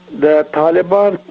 the taliban,